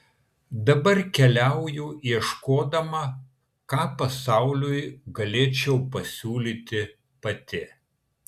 dabar keliauju ieškodama ką pasauliui galėčiau pasiūlyti pati